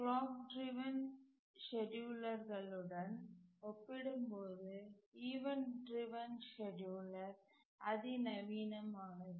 clock driven செட்யூலர்களுடன் ஒப்பிடும்போது event driven scheduler அதி நவீனமானது